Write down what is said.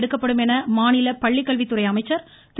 எடுக்கப்படும் என மாநில பள்ளிக்கல்வித்துறை அமைச்சர் திரு